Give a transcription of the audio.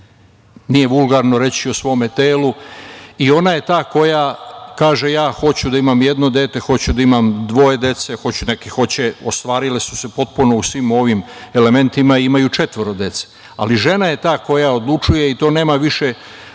nije vulgarno reći o svom telu i ona je ta koja kaže – ja hoću da imam jedno dete, hoću da imam dvoje dece. Ostvarile su se gotovo u svim ovim elementima i imaju četvoro dece. Ali, žena je ta koja odlučuje i to nema više